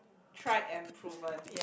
Tried and Proven